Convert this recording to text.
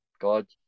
God